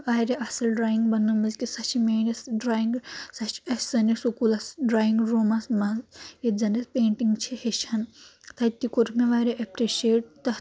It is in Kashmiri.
واریاہ اَصٕل ڈرایِنٛگ بَنٲومٕژ کہِ سۄ چھِ میٲنِس ڈرایِنٛگہٕ سۄ چھِ اَسہِ سٲنِس سکوٗلَس ڈرایِنٛگ روٗمَس منٛز ییٚتہِ زَن اَسہِ پینٹِنٛگ چھِ ہیٚچھان تَتہِ تہِ کوٚر مےٚ واریاہ ایٚپرِشیٹ تَتھ